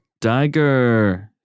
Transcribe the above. Dagger